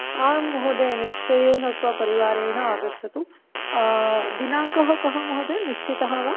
आं महोदय निश्चयेन स्वपरिवारेण आगच्छतु दिनाङ्कः कः महोदय निश्चितः वा